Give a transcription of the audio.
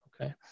okay